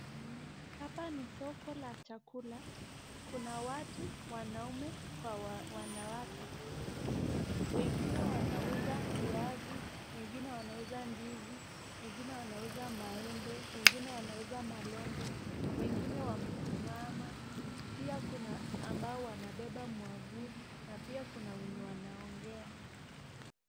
Hapa ni soko ya chakula. Kuna watu wanaume Kwa wanawake wengine wanauza viatu, wengine wanauza viazi, wengine wanauza maembe, wengine wanauza makenge, wengine wamesimama pia Kuna ambao wanabeba mwavuli na pia Kuna wenye wanaongea.